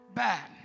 bad